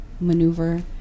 maneuver